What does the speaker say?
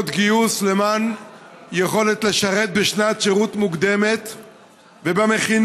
גיוס כדי לאפשר לשרת בשנת שירות מוקדמת ובמכינות.